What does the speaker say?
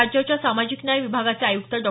राज्याच्या सामाजिक न्याय विभागाचे आयुक्त डॉ